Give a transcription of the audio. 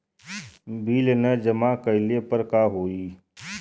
Bill न जमा कइले पर का होई?